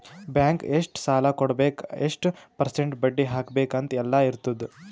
bank ಎಷ್ಟ ಸಾಲಾ ಕೊಡ್ಬೇಕ್ ಎಷ್ಟ ಪರ್ಸೆಂಟ್ ಬಡ್ಡಿ ಹಾಕ್ಬೇಕ್ ಅಂತ್ ಎಲ್ಲಾ ಇರ್ತುದ್